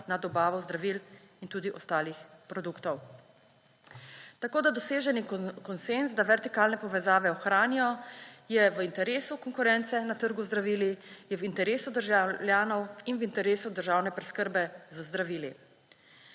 na dobavo zdravil in tudi ostalih produktov. Tako doseženi konsenz, da vertikalne povezave ohranijo, je v interesu konkurence na trgu z zdravili, je v interesu državljanov in v interesu državne preskrbe z zdravili.